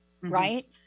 right